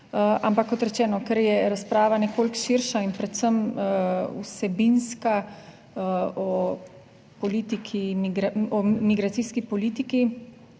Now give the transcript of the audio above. Ampak kot rečeno, ker je razprava nekoliko širša in predvsem vsebinska o politiki,